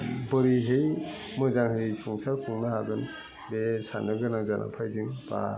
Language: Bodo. बोरैहाय मोजाङै संसार खुंनो हागोन बे सोन्नो गोनां जानानै फैदों बा